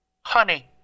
Honey